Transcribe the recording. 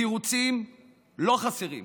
תירוצים לא חסרים: